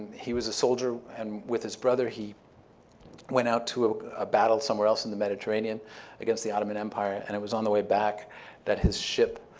he was a soldier and, with his brother, he went out to a battle somewhere else in the mediterranean against the ottoman empire, and it was on the way back that his ship,